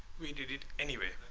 we did it anyway